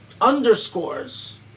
underscores